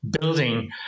building